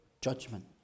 judgment